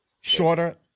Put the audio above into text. shorter